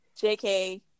JK